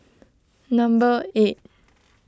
number eight